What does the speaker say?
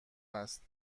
است